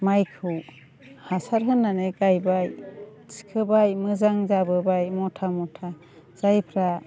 माइखौ हासार होनानै गायबाय थिखोबाय मोजां जाबोबाय मथा मथा जायफ्रा